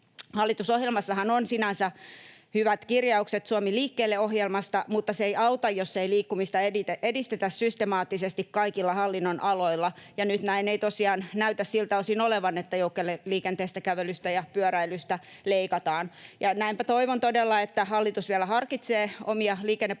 Hallitusohjelmassahan on sinänsä hyvät kirjaukset Suomi liikkeelle ‑ohjelmasta, mutta se ei auta, jos ei liikkumista edistetä systemaattisesti kaikilla hallinnon-aloilla, ja nyt näin ei tosiaan näytä siltä osin olevan, että joukkoliikenteestä, kävelystä ja pyöräilystä leikataan. Ja näinpä toivon todella, että hallitus vielä harkitsee omia liikennepoliittisia